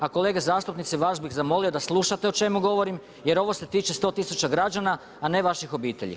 A kolege zastupnici vas bih zamolio da slušate o čemu govorim jer ovo se tiče 100 tisuća građana, a ne vaših obitelji.